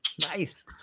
Nice